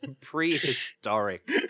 Prehistoric